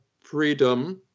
freedom